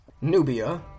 Nubia